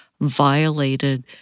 violated